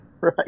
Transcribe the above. Right